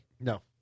No